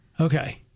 Okay